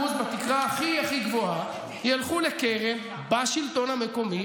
בתקרה הכי הכי גבוהה ילכו לקרן בשלטון המקומי,